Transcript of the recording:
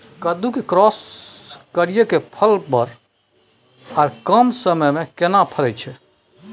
कद्दू के क्रॉस करिये के फल बर आर कम समय में केना फरय छै?